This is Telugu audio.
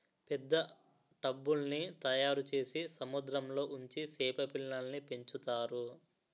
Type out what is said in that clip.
పెద్ద టబ్బుల్ల్ని తయారుచేసి సముద్రంలో ఉంచి సేప పిల్లల్ని పెంచుతారు